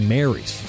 Marys